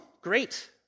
great